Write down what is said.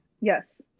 Yes